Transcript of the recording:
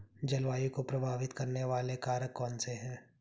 जलवायु को प्रभावित करने वाले कारक कौनसे हैं?